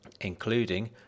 including